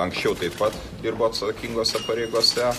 anksčiau taip pat dirbo atsakingose pareigose